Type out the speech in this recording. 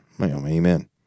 Amen